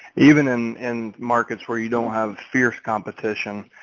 even in in markets where you don't have fierce competition,